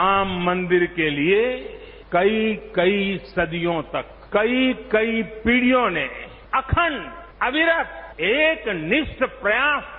राम मंदिर के लिए कई कई सदियों तक कई कई पीढियों ने अखंड अविरत एक निष्ठ प्रयास किया